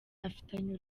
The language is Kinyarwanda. afitanye